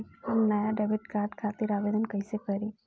हम नया debit card खातिर आवेदन कईसे करी?